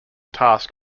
task